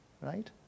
right